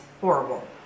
horrible